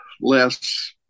less –